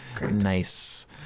Nice